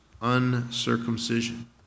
uncircumcision